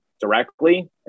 directly